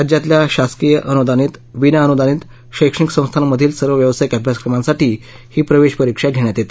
राज्यातील शासकीय अनुदानित विनाअनुदानित शैक्षणिक संस्थांमधील सर्व व्यावसायिक अभ्यासक्रमांसाठी ही प्रवेश परीक्षा घेण्यात येते